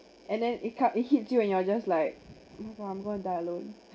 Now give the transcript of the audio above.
and then it comes it hits you and you're just like oh I'm god going to die alone